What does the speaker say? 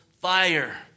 fire